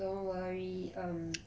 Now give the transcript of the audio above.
don't worry um